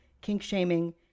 kink-shaming